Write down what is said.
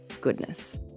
goodness